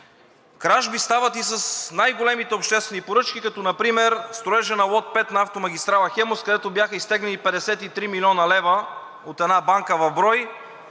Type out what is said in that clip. Кражби стават и с най-големите обществени поръчки, като например строежа на лот 5 на автомагистрала „Хемус“, където бяха изтеглени 53 млн. лв. от една банка в брой,